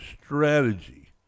strategy